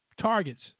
targets